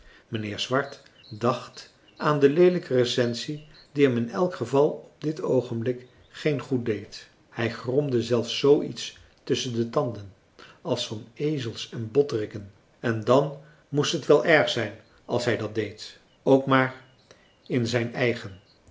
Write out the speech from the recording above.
mijnheer swart dacht aan de leelijke recensie die hem in elk geval op dit oogenblik geen goed deed hij gromde zelfs zoo iets tusschen de tanden als van ezels en botteriken en dan moest het wel erg zijn als hij dat deed ook maar in zijn eigen